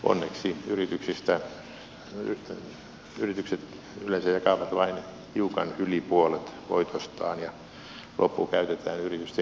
onneksi yritykset yleensä jakavat vain hiukan yli puolet voitostaan ja loppu käytetään yritysten kehittämiseen